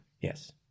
Yes